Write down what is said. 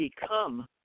become